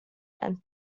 and